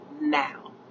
now